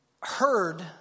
heard